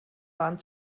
waren